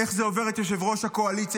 איך זה עובר את יושב-ראש הקואליציה,